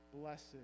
Blessed